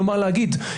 כלומר להגיד,